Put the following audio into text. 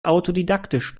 autodidaktisch